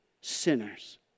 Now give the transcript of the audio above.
sinners